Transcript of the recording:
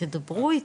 תדברו איתנו,